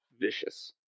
vicious